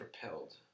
propelled